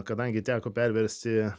kadangi teko perversti